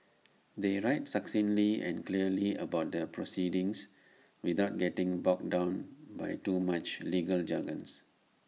they write succinctly and clearly about the proceedings without getting bogged down by too much legal jargon